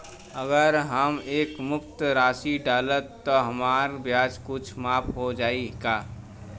अगर हम एक मुस्त राशी डालब त हमार ब्याज कुछ माफ हो जायी का?